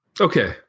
Okay